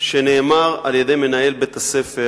שנאמר על-ידי מנהל בית-הספר